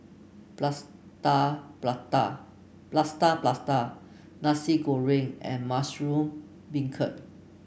Plaster Prata plaster plaster Nasi Goreng and Mushroom Beancurd